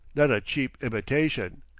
not a cheap imitashin.